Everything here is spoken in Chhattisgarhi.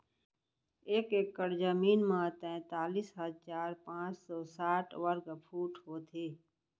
एक एकड़ जमीन मा तैतलीस हजार पाँच सौ साठ वर्ग फुट होथे